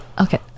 okay